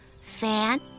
Fan